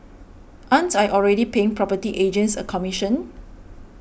aren't I already paying property agents a commission